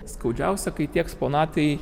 skaudžiausia kai tie eksponatai